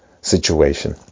situation